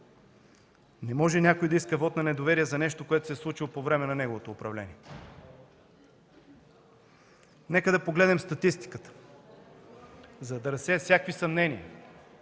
Не може някой да иска вот на недоверие за нещо, което се е случило по време на неговото управление. Нека да погледнем статистиката. За да разсея всякакви съмнения